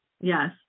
Yes